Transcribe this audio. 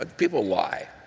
but people lie.